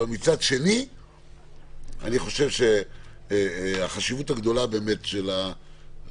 אבל מצד שני אני חושב שהחשיבות הגדולה של הצווים